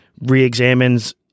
reexamines